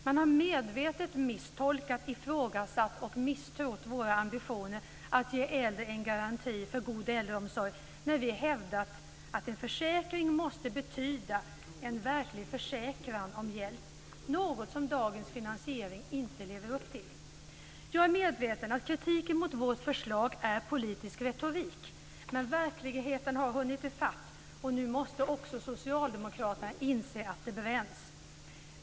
Man har medvetet misstolkat, ifrågasatt och misstrott våra ambitioner att ge äldre en garanti för god äldreomsorg när vi hävdat att en försäkring måste betyda en verklig försäkran om hjälp, något som dagens finansiering inte lever upp till. Jag är medveten om att kritiken mot vårt förslag är politisk retorik, men verkligheten har hunnit i fatt, och nu måste också socialdemokraterna inse att det bränns.